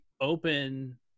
open